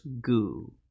goo